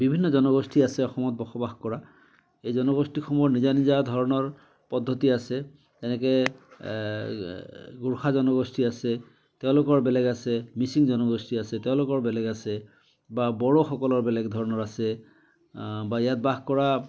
বিভিন্ন জনগোষ্ঠী আছে অসমত বসবাস কৰা এই জনগোষ্ঠীসমূহৰ নিজা নিজা ধৰণৰ পদ্ধতি আছে যেনেকৈ গোৰ্খা জনগোষ্ঠী আছে তেওঁলোকৰ বেলেগ আছে মিচিং জনগোষ্ঠী আছে তেওঁলোকৰ বেলেগ আছে বা বড়োসকলৰ বেলেগ ধৰণৰ আছে বা ইয়াত বাস কৰা